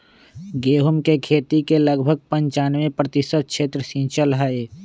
गेहूं के खेती के लगभग पंचानवे प्रतिशत क्षेत्र सींचल हई